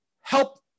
help